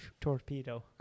torpedo